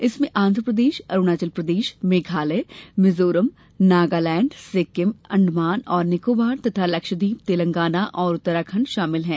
इनमें आंध्र प्रदेश अरुणाचल प्रदेश मेघालय मिजोरम नगालैंड सिक्किम अंडमान और निकोबार तथा लक्षद्वीप तेलंगाना और उत्तराखंड शामिल हैं